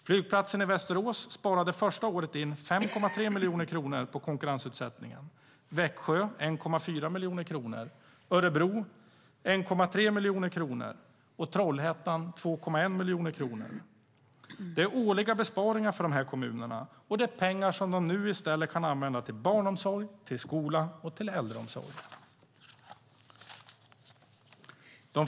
Flygplatsen i Västerås sparade första året in 5,3 miljoner kronor på konkurrensutsättningen. I Växjö var det 1,4 miljoner kronor, i Örebro 1,3 miljoner kronor och i Trollhättan 2,1 miljon kronor. Det är årliga besparingar som dessa kommuner i stället kan använda till barnomsorg, skola och äldreomsorg.